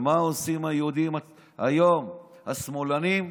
ומה עושים היהודים היום, השמאלנים,